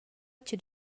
chi’d